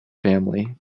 family